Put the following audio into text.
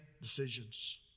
decisions